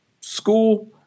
school